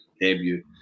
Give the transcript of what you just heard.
debut